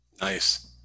Nice